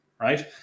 right